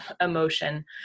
emotion